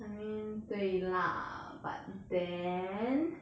I mean 对 lah but then